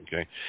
okay